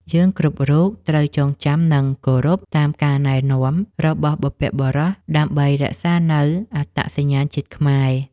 យើងគ្រប់រូបត្រូវចងចាំនិង គោរពតាមការណែនាំរបស់បុព្វបុរសដើម្បីរក្សានូវអត្តសញ្ញាណជាតិខ្មែរ។